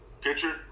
pitcher